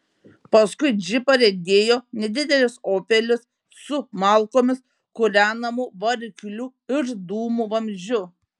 paskui džipą riedėjo nedidelis opelis su malkomis kūrenamu varikliu ir dūmų vamzdžiu